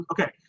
Okay